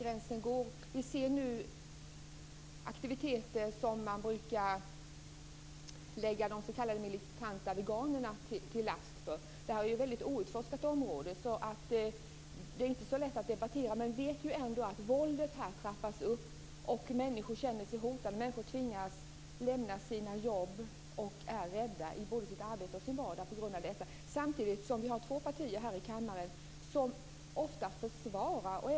Vi får nu se sådana aktiviteter som man brukar lägga de s.k. militanta veganerna till last. Det här är ett mycket outforskat område, som det inte är så lätt att debattera om, men vi vet att våldet trappas upp och att människor känner sig hotade. Människor tvingas på grund av detta lämna sina jobb och är rädda både i sitt arbete och i sin vardag. Vi har två partier här i kammaren som ofta försvarar detta.